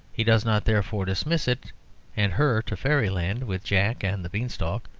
he does not therefore dismiss it and her to fairyland with jack and the beanstalk.